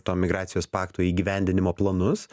to migracijos pakto įgyvendinimo planus